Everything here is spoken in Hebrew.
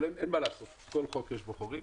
אבל אין מה לעשות, בכל חוק יש חורים.